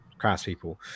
craftspeople